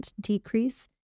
decrease